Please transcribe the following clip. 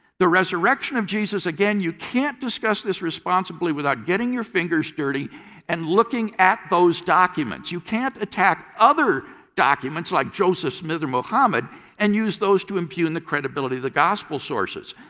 the resurrection of jesus, again, you can't discuss this responsibly without getting your fingers dirty and looking at those documents. you can't attack other documents like joseph smith or mohammed and use those to impugn the credibility of the gospel sources.